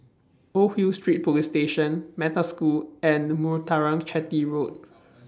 Old Hill Street Police Station Metta School and Muthuraman Chetty Road